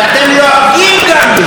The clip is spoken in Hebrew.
אתם גם לועגים לזה.